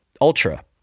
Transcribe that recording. ultra